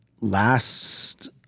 last